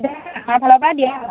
দিয়ে আৰু